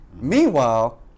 Meanwhile